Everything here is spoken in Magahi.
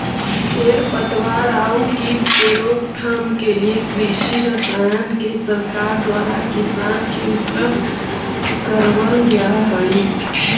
खेर पतवार आउ कीट के रोकथाम के लिए कृषि रसायन के सरकार द्वारा किसान के उपलब्ध करवल जा हई